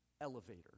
elevator